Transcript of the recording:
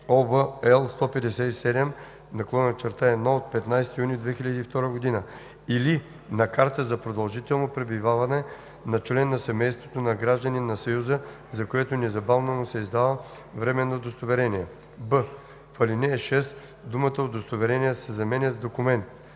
L 157/1 от 15 юни 2002 г.) или на карта за продължително пребиваване на член на семейството на гражданин на Съюза, за което незабавно му се издава временно удостоверение.“; б) в ал. 6 думата „удостоверение“ се заменя с „документ“.